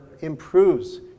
improves